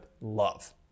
love